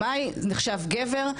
במאי נחשב גבר,